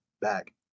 back